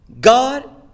god